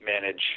manage